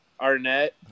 arnett